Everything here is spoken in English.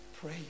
Pray